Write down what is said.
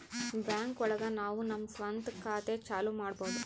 bank ಒಳಗ ನಾವು ನಮ್ ಸ್ವಂತ ಖಾತೆ ಚಾಲೂ ಮಾಡ್ಬೋದು